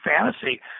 fantasy